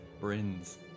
Brin's